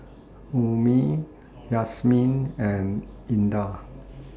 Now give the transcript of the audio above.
Ummi Yasmin and Indah